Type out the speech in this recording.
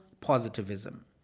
positivism